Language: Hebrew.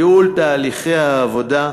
ייעול תהליכי העבודה,